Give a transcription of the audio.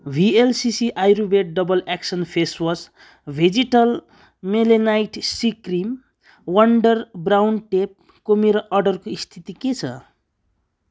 VLCC Ayurveda double action face wash vegetal melanite C cream wonder brown टेपको मेरो अर्डरको स्थिति के छ